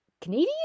Canadian